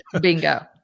bingo